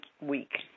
week